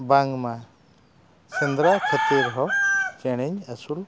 ᱵᱟᱝᱢᱟ ᱥᱮᱸᱫᱽᱨᱟ ᱠᱷᱟᱹᱛᱤᱨ ᱦᱚᱸ ᱪᱮᱬᱮᱧ ᱟᱹᱥᱩᱞ